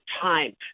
time